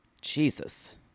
Jesus